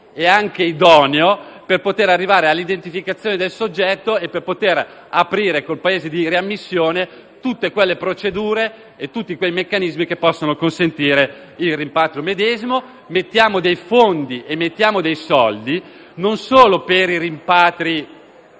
e idoneo per poter arrivare all'identificazione del soggetto e per poter aprire con il Paese di riammissione tutte quelle procedure e quei meccanismi che possano consentire il rimpatrio medesimo. Mettiamo dei fondi, metà del Governo nazionale e metà